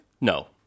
No